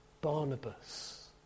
Barnabas